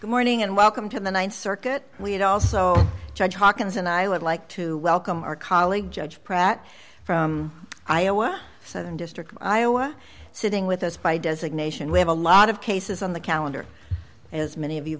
good morning and welcome to the th circuit we'd also judge hawkins and i would like to welcome our colleague judge pratt from iowa southern district of iowa sitting with us by designation we have a lot of cases on the calendar as many